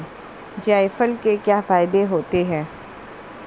जायफल के क्या फायदे होते हैं?